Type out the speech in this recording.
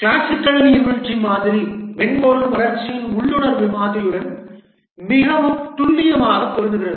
classical நீர்வீழ்ச்சி மாதிரி மென்பொருள் வளர்ச்சியின் உள்ளுணர்வு மாதிரியுடன் மிகவும் துல்லியமாக பொருந்துகிறது